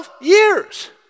years